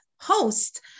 host